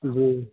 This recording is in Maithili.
जी